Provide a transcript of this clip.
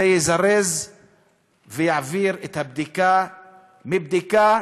זה יזרז ויעביר את הבדיקה מבדיקה